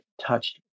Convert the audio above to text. touched